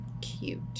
cute